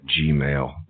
gmail